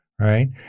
right